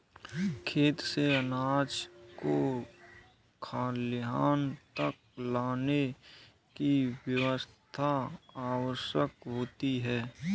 खेत से अनाज को खलिहान तक लाने की व्यवस्था आवश्यक होती है